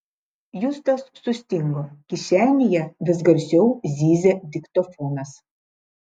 justas sustingo kišenėje vis garsiau zyzė diktofonas